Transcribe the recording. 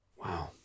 Wow